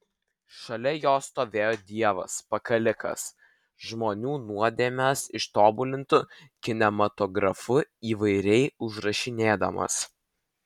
šalia jo stovėjo dievas pakalikas žmonių nuodėmes ištobulintu kinematografu įvairiai užrašinėdamas